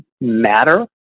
matter